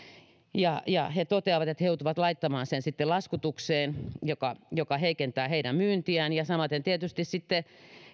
he toteavat että he joutuvat laittamaan sen sitten laskutukseen mikä heikentää heidän myyntiään samaten tietysti sitten